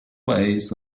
ways